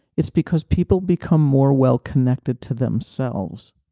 it's because people become more well connected to themselves.